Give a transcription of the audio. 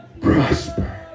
prosper